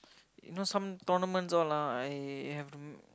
you know some tournaments all lah I have to